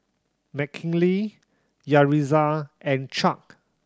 Mckinley Yaritza and Chuck